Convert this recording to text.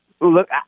Look